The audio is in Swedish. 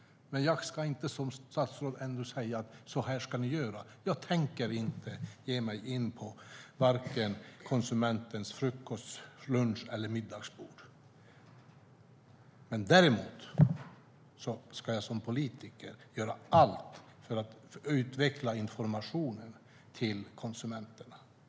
Men jag ska inte som statsråd säga: Så här ska ni göra. Jag tänker inte ge mig in till konsumentens frukost, lunch eller middagsbord. Däremot ska jag som politiker göra allt för att utveckla informationen till konsumenterna.